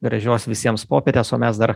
gražios visiems popietės o mes dar